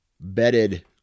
bedded